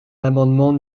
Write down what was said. l’amendement